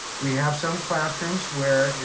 we have some classrooms where,